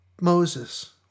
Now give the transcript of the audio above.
Moses